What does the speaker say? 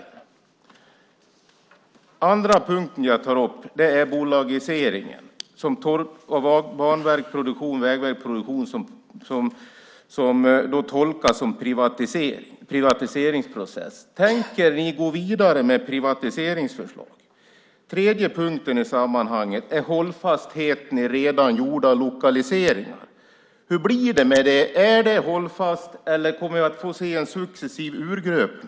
Den andra punkten jag tar upp är bolagiseringen av Banverket Produktion och Vägverket Produktion, som tolkas som en privatiseringsprocess. Tänker ni gå vidare med privatiseringsförslag? Den tredje punkten i sammanhanget är hållfastheten i redan gjorda lokaliseringar. Hur blir det med det? Är det hållfast, eller kommer vi att få se en successiv urgröpning?